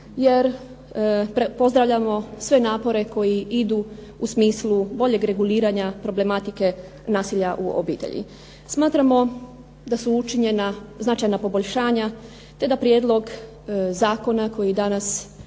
jer pozdravljamo sve napore koji idu u smislu boljeg reguliranja problematike nasilja u obitelji. Smatramo da su učinjena značajna poboljšanja, te da prijedlog zakona koji danas